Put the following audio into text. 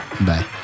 Bye